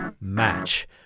match